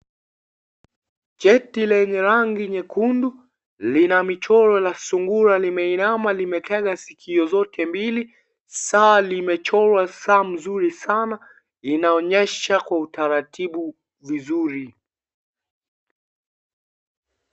Chati lenye rangi nyekundu, lina michoro la sungura limeinama limetega sikio zote mbili, saa limechorwa saa mzuri sana, inaonyesha kwa utaratibu vizuri.